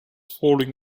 falling